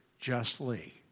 justly